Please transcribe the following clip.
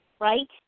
Right